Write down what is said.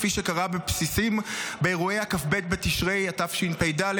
כפי שקרה בבסיסים באירועי כ"ב בתשרי התשפ"ד,